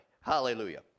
Hallelujah